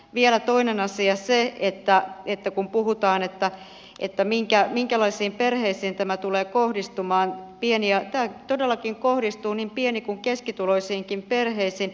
vielä toinen asia on se että kun puhutaan minkälaisiin perheisiin tämä tulee kohdistumaan niin tämä todellakin kohdistuu niin pieni kuin keskituloisiinkin perheisiin